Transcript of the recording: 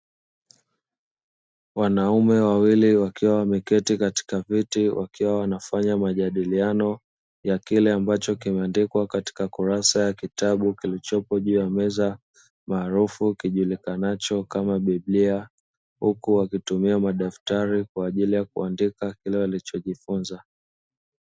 Wanaume wawili wakiwa wameketi katika viti wakiwa wanafanya majadiliano, ya kile ambacho kimeandikwa katika kurasa ya kitabu kilichopo juu ya meza maarufu kijulikanacho kama biblia, huku wakitumia madaftari kuandika kile walichojifunza.